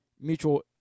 mutual